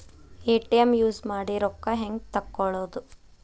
ATM use ಮಾಡಿ ರೊಕ್ಕ ಹೆಂಗೆ ತಕ್ಕೊಳೋದು?